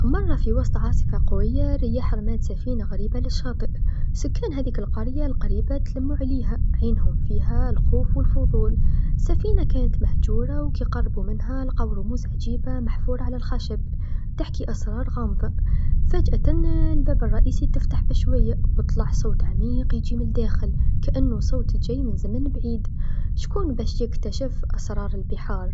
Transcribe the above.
مرا في وسط عاصفه قويا رمات سفينه غرييا في الشاطئ، سكان القريا القريبا تلمو عليها عينهم فيها الخوف و الفضول، السفينه كانت مهجورا و كقربو منها لقاو رموز عجيبا محفورا على الخشب تحكي أسرار غامضه، فجأت الباب الرئيسي تفتح بالشويا و طلع صوت عميق يجي مالداخل كأنو صوت جاي من زمن بعيد، شكون باش يكتشف أسرار البحار.